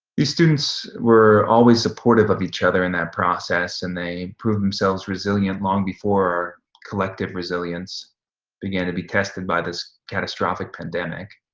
these students were always supportive of each other in that process, and they proved themselves resilient long before our collective resilience began to be tested by this catastrophic pandemic.